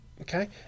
okay